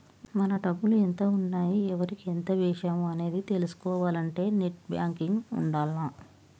మన డబ్బులు ఎంత ఉన్నాయి ఎవరికి ఎంత వేశాము అనేది తెలుసుకోవాలంటే నెట్ బ్యేంకింగ్ ఉండాల్ల